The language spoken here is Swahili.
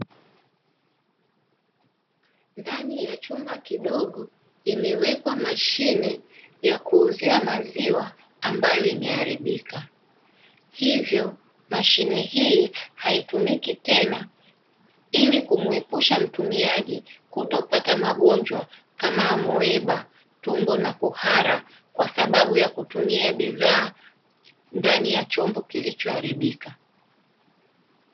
Ndani ya chumba kidogo imewekwa mashine yakuuzia maziwa ambayo imeharibika hivyo mashine hii haitumiki tena ili kuepusha mtumiaji kuto pata majongwa kama hamueba, tumbo na kuhara kwasababu ya kutumia bidhaa ndani ya chombo kilicho haribika.